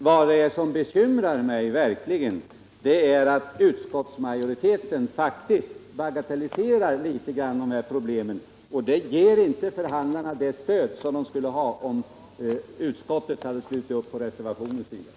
Herr talman! Vad som verkligen bekymrar mig är att utskottsmajoriteten faktiskt bagatelliserar de här problemen, och det ger inte förhandlarna det stöd som dessa skulle ha haft, om utskottet hade slutit upp på reservanternas sida.